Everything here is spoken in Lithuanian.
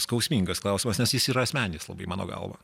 skausmingas klausimas nes jis yra asmeninis labai mano galva